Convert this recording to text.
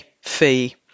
fee